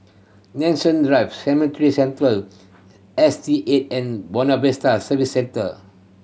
Nanson Drives Cemetry Central S T Eight and Buona Vista Service Centre